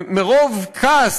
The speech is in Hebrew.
מרוב כעס,